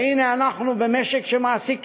והנה, אנחנו במשק שמעסיק,